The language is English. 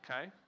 okay